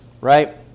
Right